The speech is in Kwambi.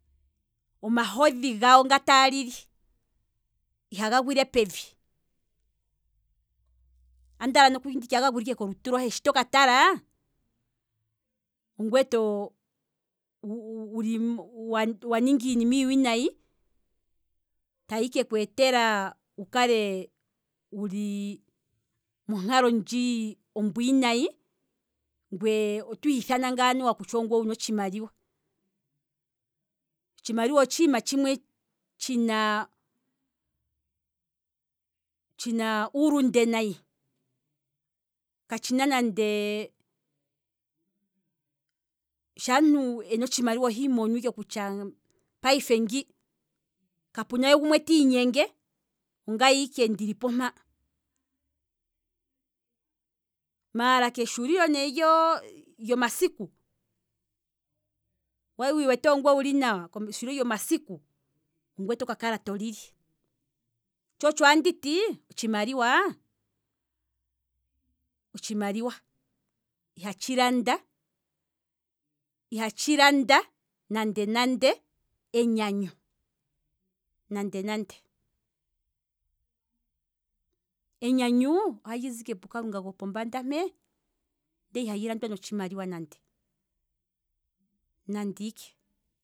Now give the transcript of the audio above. Omahodhi gawo nga taalili ihaga gwile pevi, andaala nokuli nditye aga gwile ike kolutu lohe, shi toka tala, ongweye to, wuli wa waninga iinima iiwinayi tayi keku etela wukale monkalo ndji ombwiinayi ngweye oto ihithana ngaa kutya ongweye wuna otshimaliwa, otshimaliwa otshiima tshimwe tshina uulunde nayi, katshina nande sha omuntu ena otshimaliwa ohiimono ike kutya payife ngii, kapuna gumwe tiinyenge, ongaye ike ndili po mpaa, maala keshuulilo ne lyomasiku, wali wiiwete ongweye wuli nawa. keshulilo lyomasiku ongweye toka kala to lili, tsho otsho anditi, otshimaliwa, otshimaliwa ihatshi landa, ihatshi landa nande nande enyanyu nande nande, enyanyu ohalizi ike pukalunga gopombanda mpee ndele ihali landwa notshimaliwa nande ike